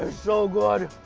so good,